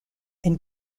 and